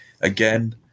again